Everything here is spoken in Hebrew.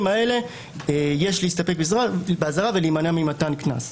האלה יש להסתפק באזהרה ולהימנע ממתן קנס.